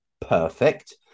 perfect